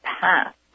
path